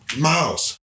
Miles